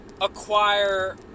acquire